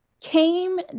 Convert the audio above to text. came